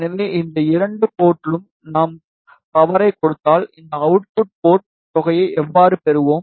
எனவே இந்த இரண்டு போர்ட்லும் நாம் பவர்யைக் கொடுத்தால் இந்த அவுட்புட் போர்ட்ல் தொகையை எவ்வாறு பெறுவோம்